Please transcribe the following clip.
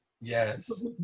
yes